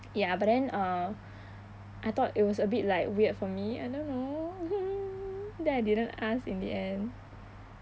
ya but then uh I thought it was a bit like weird for me I don't know then I didn't ask in the end